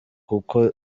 kuko